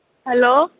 hello